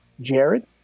jared